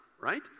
right